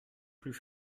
plus